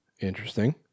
Interesting